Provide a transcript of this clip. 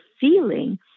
feeling